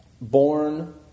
born